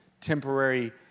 temporary